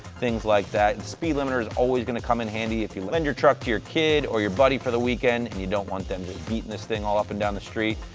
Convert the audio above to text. things like that. speed limiter is always going to come in handy if you lend your truck to your kid or your buddy for the weekend, and you don't want them beating this thing all up and down the street.